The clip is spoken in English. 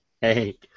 Hey